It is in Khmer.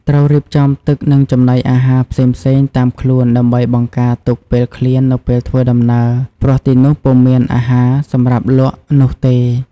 ត្រូវរៀបចំទឹកនិងចំណីអារហារផ្សេងៗតាមខ្លួនដើម្បីបង្កាទុកពេលឃ្លាននៅពេលធ្វើដំណើរព្រោះទីនោះពុំមានអារហារសម្រាប់លក់នោះទេ។